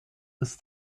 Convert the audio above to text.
ist